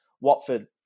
Watford